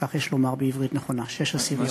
כך יש לומר בעברית נכונה, שש עשיריות.